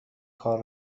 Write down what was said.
کار